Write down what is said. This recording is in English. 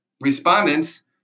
respondents